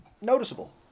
noticeable